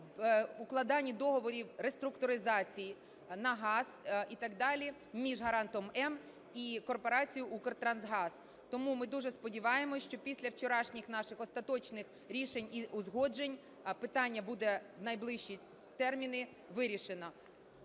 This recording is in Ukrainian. в укладанні договорів реструктуризації на газ і так далі між "Гарантом М" і корпорацією "Укртрансгаз". Тому ми дуже сподіваємося, що після вчорашніх наших остаточних рішень і узгоджень питання буде в найближчі терміни вирішено.